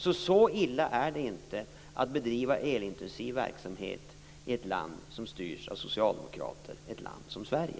Så illa är det inte att bedriva elintensiv verksamhet i ett land som styrs av socialdemokrater - ett land som Sverige.